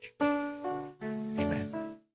Amen